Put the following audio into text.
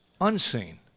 unseen